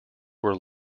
were